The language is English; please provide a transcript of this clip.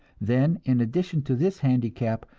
then in addition to this handicap,